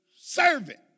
servant